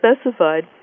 specified